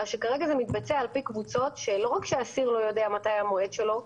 אלא שכרגע זה מתבצע על פי קבוצות שלא רק שהאסיר לא יודע מתי המועד שלו,